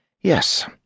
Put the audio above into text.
Yes